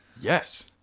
Yes